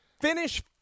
finish